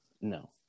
no